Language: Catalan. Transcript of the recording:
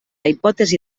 hipòtesi